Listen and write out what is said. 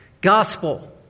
gospel